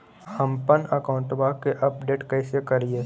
हमपन अकाउंट वा के अपडेट कैसै करिअई?